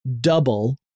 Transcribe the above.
double